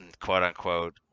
quote-unquote